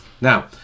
Now